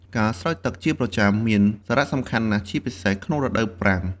ការស្រោចទឹកជាប្រចាំមានសារៈសំខាន់ណាស់ ជាពិសេសក្នុងរដូវប្រាំង។